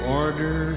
order